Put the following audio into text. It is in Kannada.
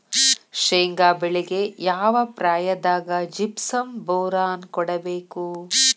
ಶೇಂಗಾ ಬೆಳೆಗೆ ಯಾವ ಪ್ರಾಯದಾಗ ಜಿಪ್ಸಂ ಬೋರಾನ್ ಕೊಡಬೇಕು?